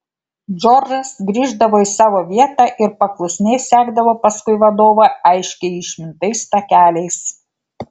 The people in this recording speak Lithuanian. džordžas grįždavo į savo vietą ir paklusniai sekdavo paskui vadovą aiškiai išmintais takeliais